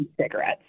cigarettes